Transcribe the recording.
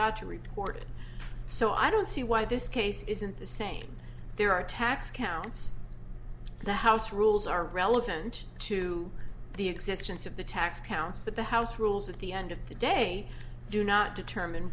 got to report so i don't see why this case isn't the same there are tax counts the house rules are relevant to the existence of the tax counts but the house rules at the end of the day do not determine